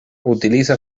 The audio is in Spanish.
utiliza